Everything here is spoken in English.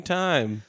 time